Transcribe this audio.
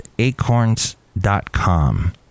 acorns.com